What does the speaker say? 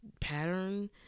pattern